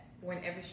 whenever